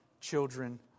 children